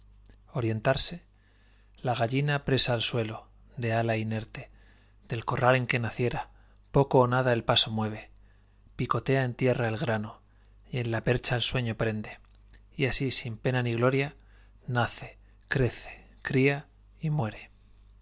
orientarse la gallina presa al suelo de ala inerte del corral en que naciera poco ó nada el paso mueve picotea en tierra el grano y en la percha el sueño prende y así sin pena ni gloria nace crece cría y muere